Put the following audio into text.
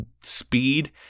speed